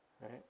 Right